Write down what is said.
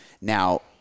Now